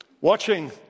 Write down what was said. watching